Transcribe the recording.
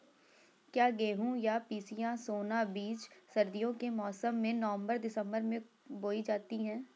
क्या गेहूँ या पिसिया सोना बीज सर्दियों के मौसम में नवम्बर दिसम्बर में बोई जाती है?